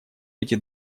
эти